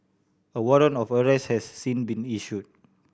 a warrant of arrest has since been issued